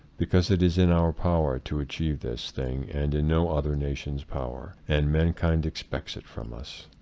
because it is in our power to achieve this thing and in no other nation's power and mankind expects it from us.